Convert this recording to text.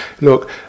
look